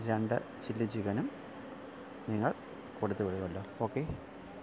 രണ്ട് ചില്ലി ചിക്കനും നിങ്ങൾ കൊടുത്തുവിടുവല്ലോ ഓക്കേ